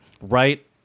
right